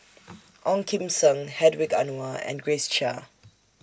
Ong Kim Seng Hedwig Anuar and Grace Chia